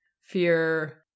fear